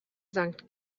sankt